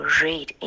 read